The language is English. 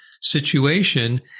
situation